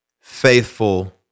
faithful